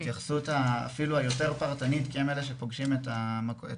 כי הם יעשו את זה